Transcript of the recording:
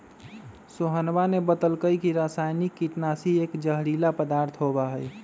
सोहनवा ने बतल कई की रसायनिक कीटनाशी एक जहरीला पदार्थ होबा हई